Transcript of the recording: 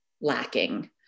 lacking